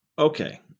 Okay